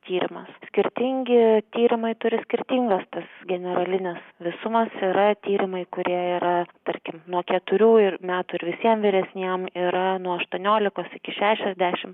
tyrimas skirtingi tyrimai turi skirtingas tas generalines visumas yra tyrimai kurie yra tarkim nuo keturių ir metų ir vyresniem yra nuo aštuoniolikos iki šešiasdešimt